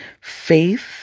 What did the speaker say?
faith